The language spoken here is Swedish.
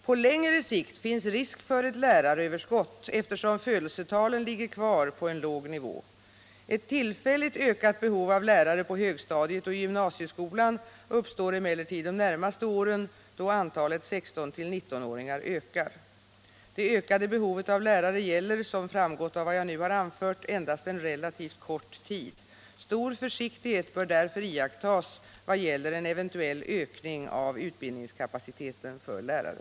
På längre sikt finns risk för ett läraröverskott eftersom födelsetalen ligger kvar på en låg nivå. Ett tillfälligt ökat behov av lärare på högstadiet och i gymnasieskolan uppstår emellertid de närmaste åren då antalet 16-19-åringar ökar. Det ökade behovet av lärare gäller som framgått av vad jag nu har anfört endast en relativt kort tid. Stor försiktighet bör därför iakttas vad gäller en eventuell ökning av utbildningskapaciteten för lärare.